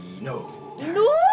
No